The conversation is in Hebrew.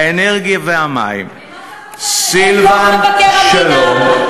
האנרגיה והמים סילבן שלום.